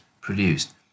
produced